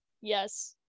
yes